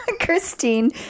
Christine